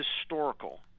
historical